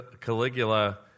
Caligula